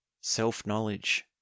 self-knowledge